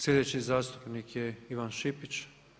Slijedeći zastupnik je Ivan Šipić.